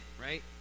right